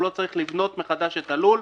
הוא לא צריך לבנות מחדש את הלול,